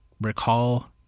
recall